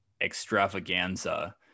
extravaganza